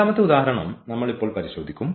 രണ്ടാമത്തെ ഉദാഹരണം നമ്മൾ ഇപ്പോൾ പരിശോധിക്കും